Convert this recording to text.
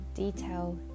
detail